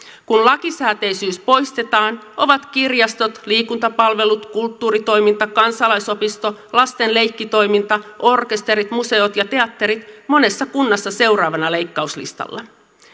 kun lakisääteisyys poistetaan ovat kirjastot liikuntapalvelut kulttuuritoiminta kansalaisopisto lasten leikkitoiminta orkesterit museot ja teatteri monessa kunnassa seuraavana leikkauslistalla